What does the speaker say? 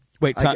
Wait